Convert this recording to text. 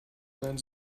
sein